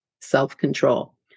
self-control